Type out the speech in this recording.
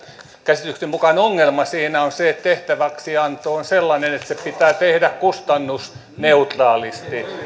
käsitykseni mukaan ongelma siinä on se että tehtäväksianto on sellainen että se pitää tehdä kustannusneutraalisti